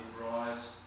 rise